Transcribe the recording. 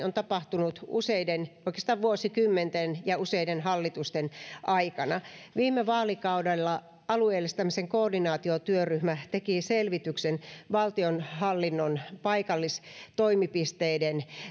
on tapahtunut useiden oikeastaan vuosikymmenten ja useiden hallitusten aikana viime vaalikaudella alueellistamisen koordinaatiotyöryhmä teki selvityksen valtionhallinnon paikallistoimipisteiden